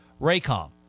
Raycom